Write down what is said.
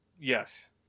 Yes